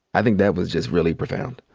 i think that was just really profound.